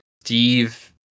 Steve